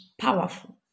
powerful